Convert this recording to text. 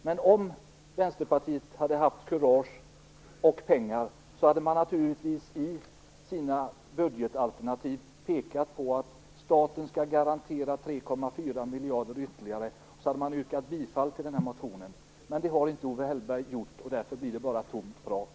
Men om Vänsterpartiet hade haft kurage och pengar hade man naturligtvis i sina budgetalternativ pekat på att staten skall garantera ytterligare 3,4 miljarder och så hade man yrkat bifall till den motionen. Det har inte Owe Hellberg gjort, och därför blir det bara tomt prat.